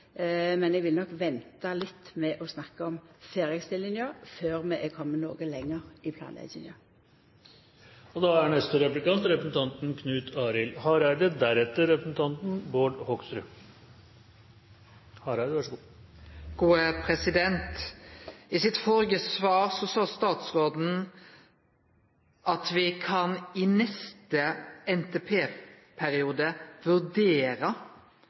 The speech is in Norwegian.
men eg vil nok venta litt med å snakka om ferdigstillinga før vi er komne noko lenger i planlegginga. I sitt førre svar sa statsråden at me kan i neste NTP-periode vurdere,